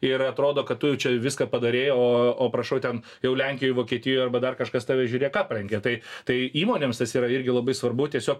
ir atrodo kad tu čia viską padarei o o prašau ten jau lenkijoj vokietijoj arba dar kažkas tave žiūrėk aplenkė tai tai įmonėms tas yra irgi labai svarbu tiesiog